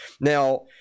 Now